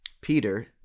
Peter